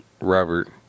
Robert